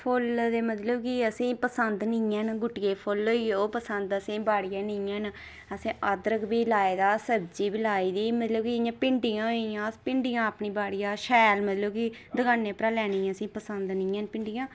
फुल्ल ते मतलब असेंगी पसंद निं हैन जियां गुट्टियें दे फुल्ल होई गे ओह् पसंद असेंगी बाड़ियां निं हैन असें अदरक बी लाए दा सब्ज़ी बी लाई दी मतलब कि इयां भिंडियां होई गेइयां मतलब कि अपनी बाड़िया शैल मतलब कि दकानें परा लैनियां ते असेंगी पसंद निं हैन भिंडियां